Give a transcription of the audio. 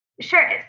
Sure